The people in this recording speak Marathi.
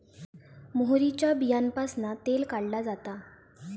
मोहरीच्या बीयांपासना तेल काढला जाता